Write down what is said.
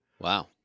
Wow